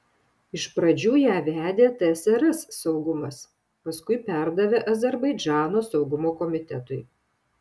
iš pradžių ją vedė tsrs saugumas paskui perdavė azerbaidžano saugumo komitetui